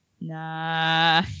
Nah